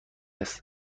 است